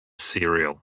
cereal